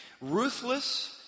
Ruthless